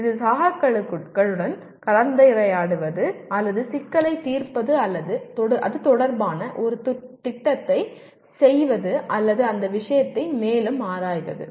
இது சகாக்களுடன் கலந்துரையாடுவது அல்லது சிக்கலைத் தீர்ப்பது அல்லது அது தொடர்பான ஒரு திட்டத்தைச் செய்வது அல்லது அந்த விஷயத்தை மேலும் ஆராய்வது